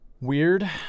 Weird